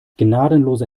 gnadenlose